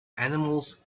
animals